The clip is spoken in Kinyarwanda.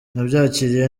nabyakiriye